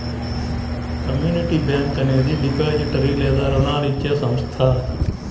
community bank అనేది depository లేదా రుణాలు ఇచ్చే సంస్థ